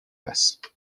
است